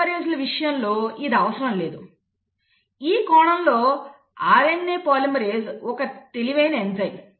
RNA పాలిమరేస్ల విషయంలో ఇది అవసరం లేదు ఆ కోణంలో RNA పాలిమరేస్ ఒక తెలివైన ఎంజైమ్